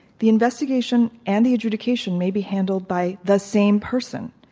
the investigation and the adjudication may be handled by the same person,